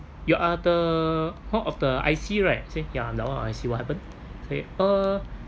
you are the one of the I_C right ya one of the I_C what happened uh